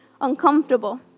uncomfortable